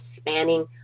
spanning